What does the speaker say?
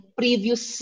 previous